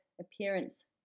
appearance